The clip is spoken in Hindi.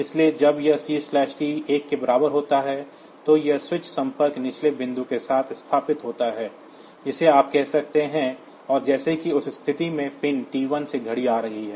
इसलिए जब यह C T 1 के बराबर होता है तो यह स्विच संपर्क निचले बिंदु के साथ स्थापित होता है जिसे आप कह सकते हैं और जैसे कि उस स्थिति में पिन T1 से घड़ी आ रही है